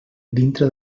dintre